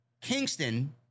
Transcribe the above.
Kingston